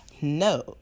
No